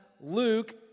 Luke